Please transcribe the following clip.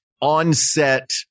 on-set